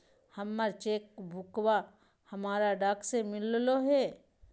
हमर चेक बुकवा हमरा डाक से मिललो हे